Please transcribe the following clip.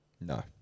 No